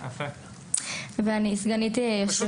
אני סגנית יושב